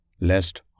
lest